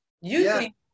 usually